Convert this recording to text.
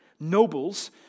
Nobles